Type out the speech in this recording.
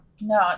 No